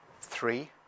three